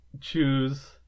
choose